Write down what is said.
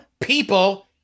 people